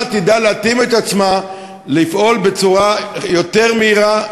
תדע להתאים את עצמה ולפעול בצורה יותר מהירה,